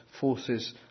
forces